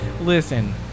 listen